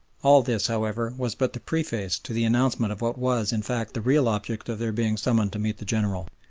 all this, however, was but the preface to the announcement of what was, in fact, the real object of their being summoned to meet the general.